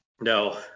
No